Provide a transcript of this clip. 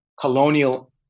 colonial